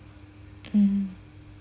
mm